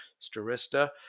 Starista